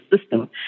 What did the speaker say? system